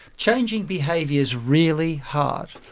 changing behaviour is really hard.